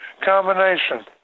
Combination